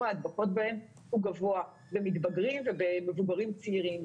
ההדבקות בהן הוא גבוה למתבגרים ולמבוגרים צעירים.